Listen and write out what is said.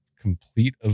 complete